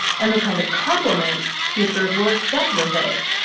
and the kind of complements speakers will accept with it.